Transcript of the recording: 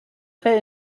fait